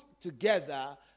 together